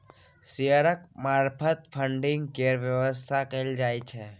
शेयरक मार्फत फडिंग केर बेबस्था कएल जाइ छै